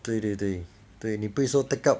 对对对对你不会说 take up